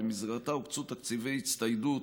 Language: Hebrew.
ובמסגרתה הוקצו תקציבי הצטיידות,